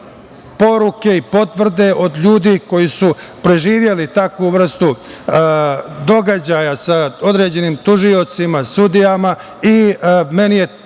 poruke i potvrde od ljudi koji su preživeli takvu vrstu događaja sa određenim tužiocima, sudijama i meni je